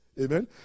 amen